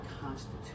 constitute